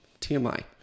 TMI